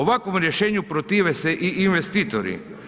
Ovakvom rješenju protive se i investitori.